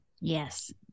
yes